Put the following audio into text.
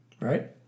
right